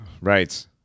Right